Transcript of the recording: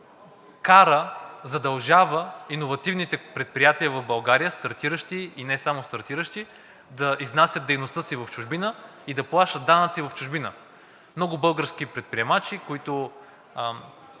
кара, задължава иновативните предприятия в България – стартиращи, а и не само стартиращи, да изнасят дейността си в чужбина и да плащат данъци в чужбина. Много български предприемачи в